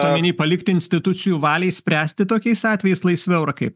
omeny palikti institucijų valiai spręsti tokiais atvejais laisviau yra kaip